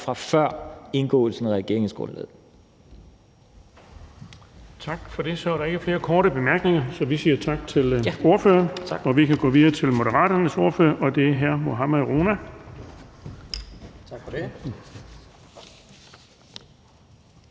fg. formand (Erling Bonnesen): Tak for det. Der er ikke flere korte bemærkninger. Så vi siger tak til ordføreren. Og vi kan gå videre til Moderaternes ordfører, og det er hr. Mohammad Rona. Kl.